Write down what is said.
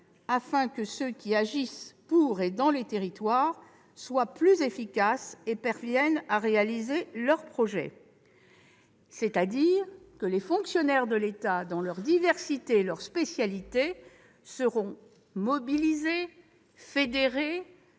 que ceux qui agissent pour et dans les territoires soient plus efficaces et parviennent à réaliser leurs projets. Autrement dit, les fonctionnaires de l'État, dans leur diversité et leurs spécialités, seront mobilisés et fédérés